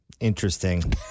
Interesting